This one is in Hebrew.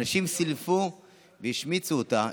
אנשים סילפו והשמיצו אותה.